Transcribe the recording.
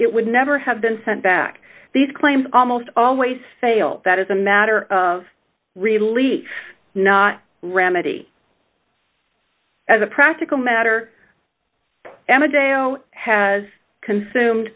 it would never have been sent back these claims almost always fail that is a matter of relief not remedy as a practical matter amodeo has consumed